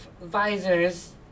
visors